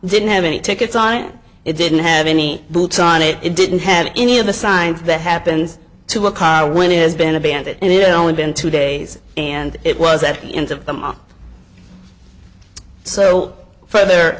didn't have any tickets on it it didn't have any boots on it it didn't have any of the signs that happens to a car when it has been abandoned it only been two days and it was at the end of the month so for ther